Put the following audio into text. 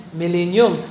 millennium